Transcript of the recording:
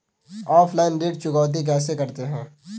Offline ऋण चुकौती कैसे करते हैं?